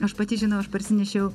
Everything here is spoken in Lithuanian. aš pati žinau aš parsinešiau